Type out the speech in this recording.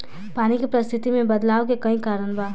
पानी के परिस्थिति में बदलाव के कई कारण बा